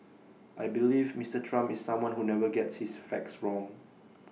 I believe Mister Trump is someone who never gets his facts wrong